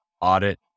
audit